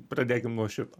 pradėkim nuo šito